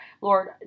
Lord